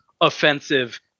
offensive